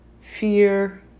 fear